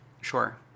Sure